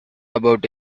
about